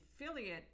affiliate